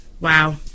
wow